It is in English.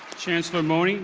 chancellor mone,